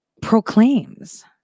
proclaims